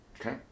Okay